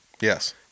Yes